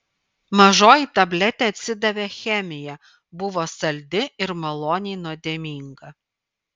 mažoji tabletė atsidavė chemija buvo saldi ir maloniai nuodėminga